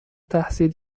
تحصیل